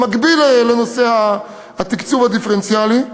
במקביל לנושא התקצוב הדיפרנציאלי,